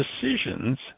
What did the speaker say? decisions